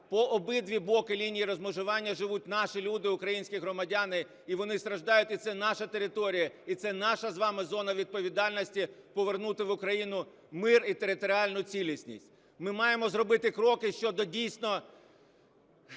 по обидва боки лінії розмежування живуть наші люди, українські громадяни, і вони страждають, і це наша територія, і це наша з вами зона відповідальності – повернути в Україну мир і територіальну цілісність. Ми маємо зробити кроки щодо дійсно